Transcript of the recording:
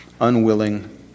unwilling